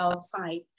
site